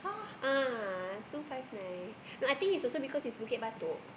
ah two five nine no I think it's also because it's Bukit-Batok